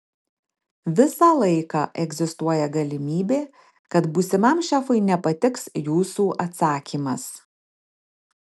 visą laiką egzistuoja galimybė kad būsimam šefui nepatiks jūsų atsakymas